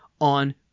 on